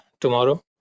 tomorrow